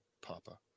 Papa